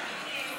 ההצעה להעביר